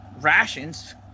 Rations